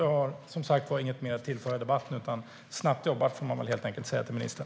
Jag har inget mer att tillföra debatten. Snabbt jobbat, får man väl helt enkelt säga till ministern.